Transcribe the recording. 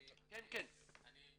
גם